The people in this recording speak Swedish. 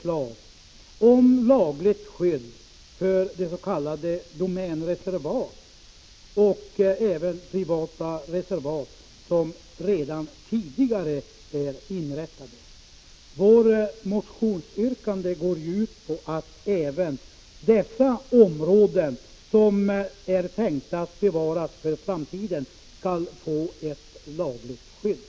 1985/86:48 förslag om lagligt skydd för de s.k. domänreservat och även privata reservat — 10 december 1985 som redan tidigare har inrättats? Vårt motionsyrkande går juutpå at även SO dessa områden, som är tänkta att bevaras för framtiden, skall få ett lagligt skydd.